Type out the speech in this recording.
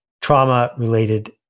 trauma-related